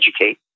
Educate